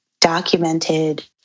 documented